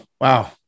wow